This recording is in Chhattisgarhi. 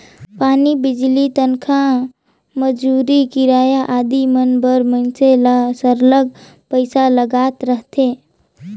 पानी, बिजली, तनखा, मंजूरी, किराया आदि मन बर मइनसे ल सरलग पइसा लागत रहथे